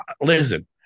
listen